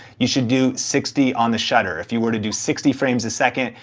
you should do sixty on the shutter. if you were to do sixty frames a second,